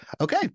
okay